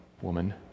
woman